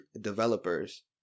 developers